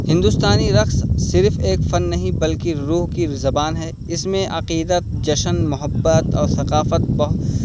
ہندوستانی رقص صرف ایک فن نہیں بلکہ روح کی زبان ہے اس میں عقیدت جشن محبت اور ثقافت بہ